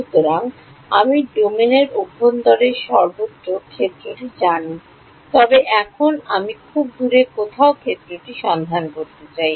সুতরাং আমি ডোমেনের অভ্যন্তরে সর্বত্র ক্ষেত্রটি জানি তবে এখন আমি খুব দূরে কোথাও ক্ষেত্রটি সন্ধান করতে চাই